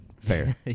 Fair